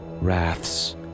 Wraths